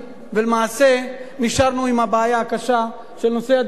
ולמעשה נשארנו עם הבעיה הקשה של נושא הדיור,